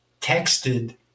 texted